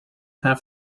have